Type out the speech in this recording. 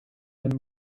and